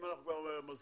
אם אנחנו כבר מזכירים,